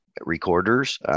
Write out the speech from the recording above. recorders